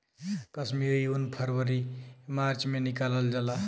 कश्मीरी उन फरवरी मार्च में निकालल जाला